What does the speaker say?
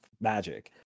magic